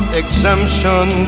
exemption